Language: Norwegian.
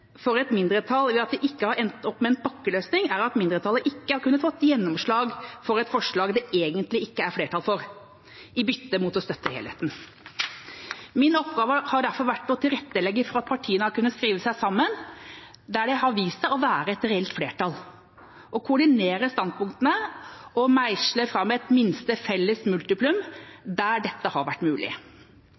for et mindretall ved at vi ikke har endt opp med en pakkeløsning, er at mindretallet ikke har kunnet få gjennomslag for forslag det egentlig ikke er flertall for, i bytte mot å støtte helheten. Min oppgave har derfor vært å tilrettelegge for at partiene har kunnet skrive seg sammen der det har vist seg å være et reelt flertall – å koordinere standpunktene og meisle fram et minste felles multiplum der dette har vært mulig.